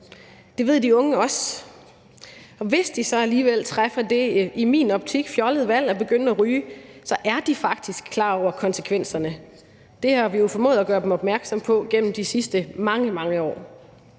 Det ved de unge også, og hvis de så alligevel træffer det i min optik fjollede valg at begynde at ryge, er de faktisk klar over konsekvenserne. Det har vi jo formået at gøre dem opmærksom på gennem de sidste mange, mange år.